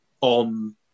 on